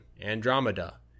Andromeda